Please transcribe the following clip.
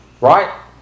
right